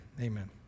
amen